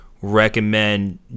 recommend